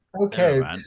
Okay